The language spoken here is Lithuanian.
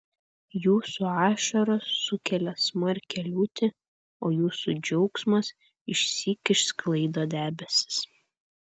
jūsų ašaros sukelia smarkią liūtį o jūsų džiaugsmas išsyk išsklaido debesis